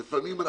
לפעמים,